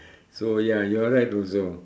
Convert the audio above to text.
so ya you are right also